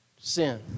sin